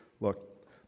look